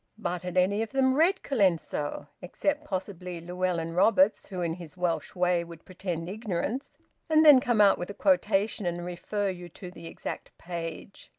but had any of them read colenso, except possibly llewellyn roberts, who in his welsh way would pretend ignorance and then come out with a quotation and refer you to the exact page?